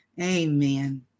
Amen